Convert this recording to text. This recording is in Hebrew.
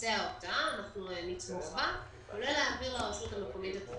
אנחנו נתמוך בה כולל להעביר לרשות המקומית את התקציב.